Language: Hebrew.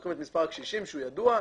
לוקחים את מספר הקשישים, שהוא ידוע,